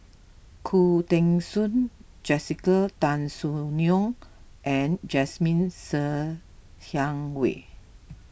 Khoo Teng Soon Jessica Tan Soon Neo and Jasmine Ser Xiang Wei